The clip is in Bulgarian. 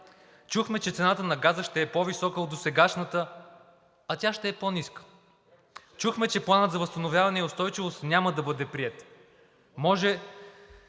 Чухме, че цената на газа ще е по-висока от досегашната, а тя ще е по-ниска. Чухме, че Планът за възстановяване и устойчивост няма да бъде приет.